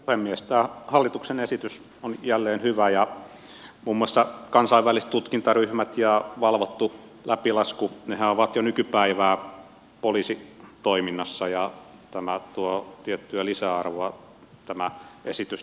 tämä hallituksen esitys on jälleen hyvä ja muun muassa kansainväliset tutkintaryhmät ja valvottu läpilaskuhan ovat jo nykypäivää poliisitoiminnassa ja tämä esitys tuo tiettyä lisäarvoa tähän näin